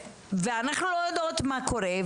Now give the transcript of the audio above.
אנחנו לא יודעות מה קורה.